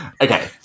Okay